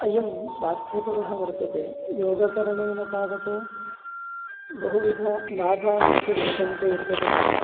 अयं स्वास्थ्यकरः वर्तते योगकरणेन तावत् बहुविध लाभाः अपि वर्तन्ते इत्यतः